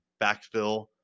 backfill